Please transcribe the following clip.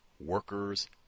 Workers